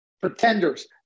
Pretenders